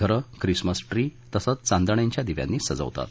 घरे Christmas tree तसंच चांदण्यांच्या दिव्यांनी सजवतात